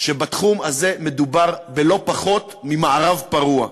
שבתחום הזה מדובר בלא פחות ממערב פרוע.